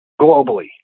globally